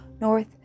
north